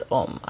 om